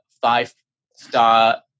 five-star